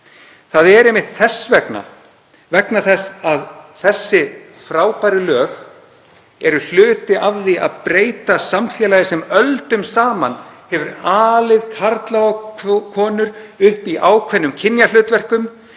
Þannig verður það bara. Þessi frábæru lög eru hluti af því að breyta samfélagi sem öldum saman hefur alið karla og konur upp í ákveðnum kynjahlutverkum,